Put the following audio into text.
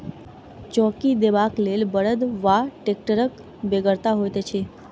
चौकी देबाक लेल बड़द वा टेक्टरक बेगरता होइत छै